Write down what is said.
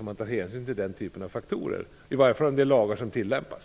Man tar hänsyn till den typen av faktorer - i alla fall om det gäller lagar som tillämpas.